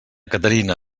caterina